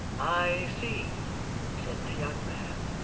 i see said the young man,